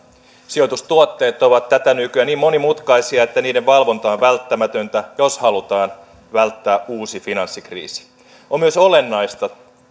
sijoitustuotteet ovat tätä nykyä niin monimutkaisia että niiden valvonta on välttämätöntä jos halutaan välttää uusi finanssikriisi on myös olennaista